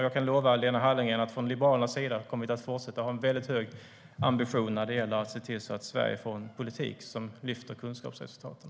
Jag kan lova Lena Hallengren att Liberalerna kommer att fortsätta att ha en hög ambition vad gäller att se till att Sverige får en politik som lyfter kunskapsresultaten.